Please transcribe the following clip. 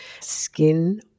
skin